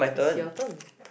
is your turn